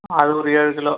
அது ஒரு ஏழு கிலோ